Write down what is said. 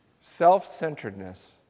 Self-centeredness